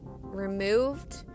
removed